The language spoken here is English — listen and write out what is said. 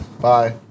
Bye